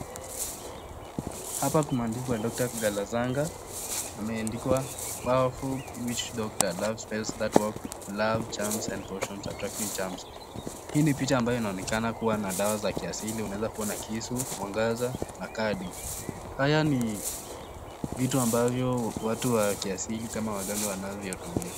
Hapa kumeandikwa (cs) Dr Galazanga (cs) , ameandikwa (cs) powerful witch doctor love spells that work love charms and potions attraction charms (cs). Hii ni picha ambayo inaonekana kuwa na dawa za kiasili unaweza kuona kisu mwangaza na kadi. Haya ni vitu ambavyo watu wa kiasili kama waganga wanavyotumia.